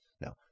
Now